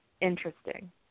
interesting